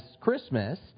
Christmas